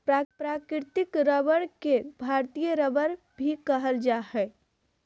प्राकृतिक रबर के भारतीय रबर भी कहल जा हइ